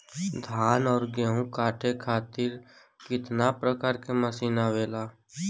धान और गेहूँ कांटे खातीर कितना प्रकार के मशीन आवेला?